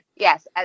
Yes